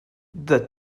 the